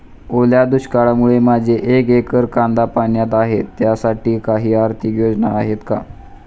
ओल्या दुष्काळामुळे माझे एक एकर कांदा पाण्यात आहे त्यासाठी काही आर्थिक योजना आहेत का?